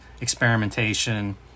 experimentation